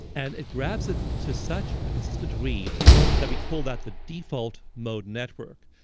and it grabs it to such a consistent degree that we call that the default mode network.